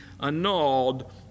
annulled